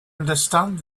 understand